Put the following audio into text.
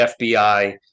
FBI